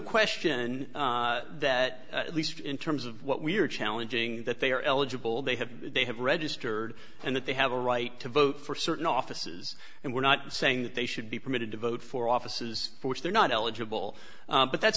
question that at least in terms of what we're challenging that they are eligible they have they have registered and that they have a right to vote for certain offices and we're not saying that they should be permitted to vote for offices which they're not eligible but that's